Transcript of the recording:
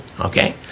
Okay